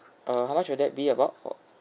uh how much will that be about uh